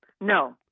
No